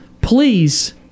please